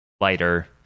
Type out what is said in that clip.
lighter